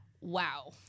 Wow